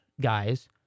guys